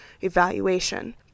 evaluation